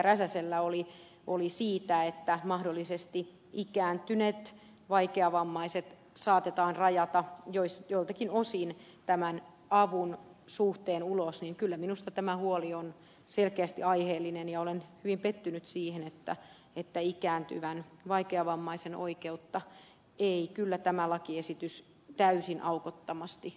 räsäsellä oli siitä että mahdollisesti ikääntyneet vaikeavammaiset saatetaan rajata joiltakin osin tämän avun suhteen ulos niin kyllä minusta tämä huoli on selkeästi aiheellinen ja olen hyvin pettynyt siihen että ikääntyvän vaikeavammaisen oikeutta ei kyllä tämä lakiesitys täysin aukottomasti varmista